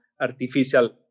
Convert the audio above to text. artificial